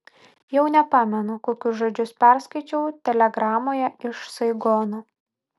jau nepamenu kokius žodžius perskaičiau telegramoje iš saigono